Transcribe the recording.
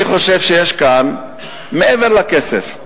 אני חושב שמעבר לכסף,